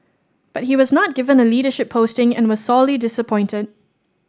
but he was not given a leadership posting and was sorely disappointed